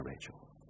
Rachel